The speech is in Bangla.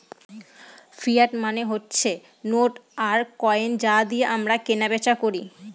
ফিয়াট মানে হচ্ছে নোট আর কয়েন যা দিয়ে আমরা কেনা বেচা করি